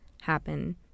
happen